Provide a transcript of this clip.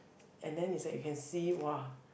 and then it's like you can see [wah]